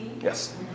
Yes